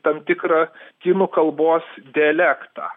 tam tikrą kinų kalbos dialektą